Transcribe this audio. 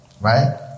Right